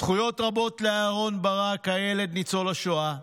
זכויות רבות לאהרן ברק, הילד ניצול השואה: